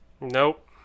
Nope